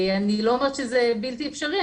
אני לא אומרת שזה בלתי אפשרי,